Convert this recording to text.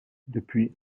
depuis